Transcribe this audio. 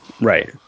Right